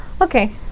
Okay